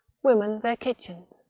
women their kitchens,